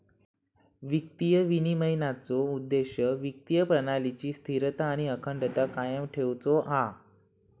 वित्तीय विनिमयनाचो उद्देश्य वित्तीय प्रणालीची स्थिरता आणि अखंडता कायम ठेउचो हा